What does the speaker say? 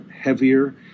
heavier